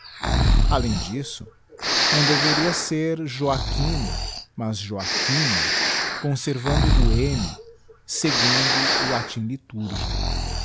além disso não devia ser joachino mas joachimo conservando o m segundo o latim